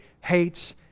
hates